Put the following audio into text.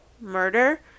murder